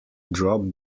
drop